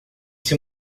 seu